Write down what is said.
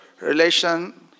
relation